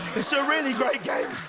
so really great game.